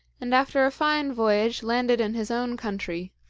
and after a fine voyage landed in his own country,